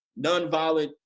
nonviolent